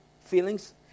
feelings